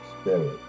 Spirit